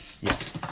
yes